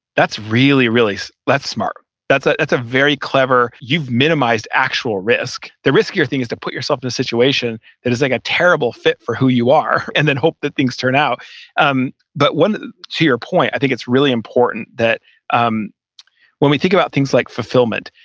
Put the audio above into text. that's really, really smart. that's ah that's a very clever, you've minimized actual risk. the riskier thing is to put yourself in a situation that is like a terrible fit for who you are and then hope that things turn out um but to your point, i think it's really important that um when we think about things like fulfillment,